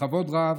בכבוד רב,